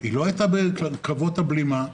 לא הייתה בקרבות הבלימה,